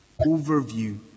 overview